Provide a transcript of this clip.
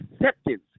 acceptance